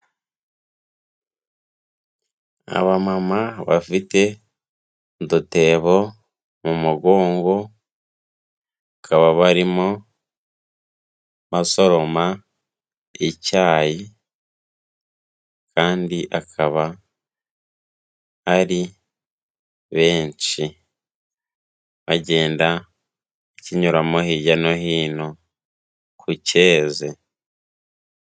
Abamama bafite udutebo mu mugongo bakaba barimo basoroma icyayi kandi akaba ari benshi bagenda bakinyuramo hirya no hino ku cyeze.